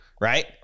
right